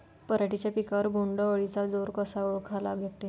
पराटीच्या पिकावर बोण्ड अळीचा जोर कसा ओळखा लागते?